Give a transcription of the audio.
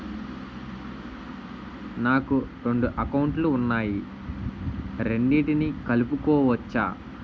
నాకు రెండు అకౌంట్ లు ఉన్నాయి రెండిటినీ కలుపుకోవచ్చా?